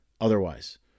otherwise